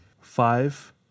Five